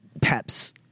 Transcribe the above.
Pep's